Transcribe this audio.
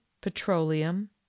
petroleum